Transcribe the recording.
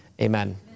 Amen